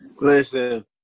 Listen